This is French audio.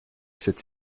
sept